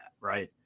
Right